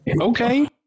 okay